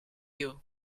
you